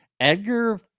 Edgar